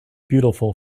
beautiful